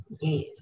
yes